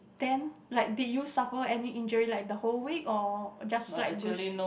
then like did you suffer any injury like the whole week or just slight bruise